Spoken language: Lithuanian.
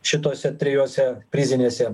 šitose trijose prizinėse